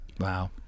Wow